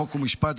חוק ומשפט,